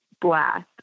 blast